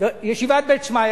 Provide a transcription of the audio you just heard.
ישיבת "בית שמעיה",